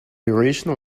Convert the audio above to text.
irrational